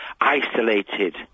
isolated